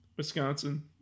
Wisconsin